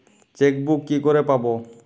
Chequebook কি করে পাবো?